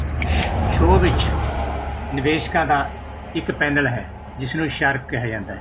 ਸ਼ ਸ਼ੋਅ ਵਿੱਚ ਨਿਵੇਸ਼ਕਾਂ ਦਾ ਇੱਕ ਪੈਨਲ ਹੈ ਜਿਸ ਨੂੰ ਸ਼ਰਕ ਕਿਹਾ ਜਾਂਦਾ ਹੈ